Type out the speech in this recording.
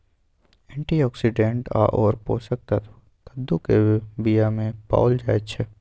antioxidant आओर पोषक तत्व कद्दूक बीयामे पाओल जाइत छै